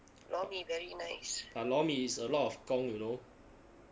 but lor mee is a lot of 功 you know